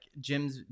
gyms